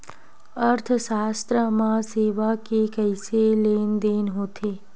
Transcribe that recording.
अर्थशास्त्र मा सेवा के कइसे लेनदेन होथे?